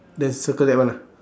then circle that one ah